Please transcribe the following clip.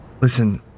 Listen